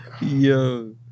Yo